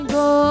go